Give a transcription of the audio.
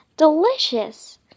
Delicious